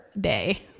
day